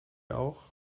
auch